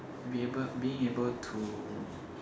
be able being able to